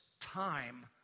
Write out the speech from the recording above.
time